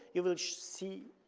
you will see